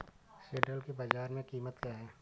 सिल्ड्राल की बाजार में कीमत क्या है?